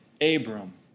Abram